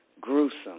gruesome